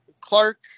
Clark